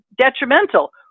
detrimental